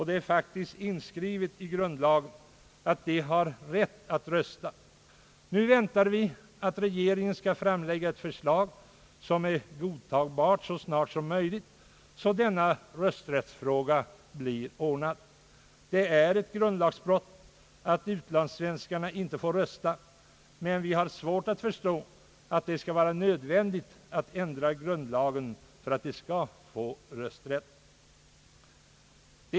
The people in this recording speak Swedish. Det är faktiskt inskrivet i grundlagen, att de har rätt att rösta. Nu väntar vi att regeringen så snart som möjligt skall framlägga ett förslag som är godtagbart, så att denna rösträttsfråga blir ordnad. Det är ett grundlagsbrott att utlandssvenskarna inte får rösta, och vi har svårt att förstå att det skall vara nödvändigt att ändra grundlagen för att de skall få rösträtt.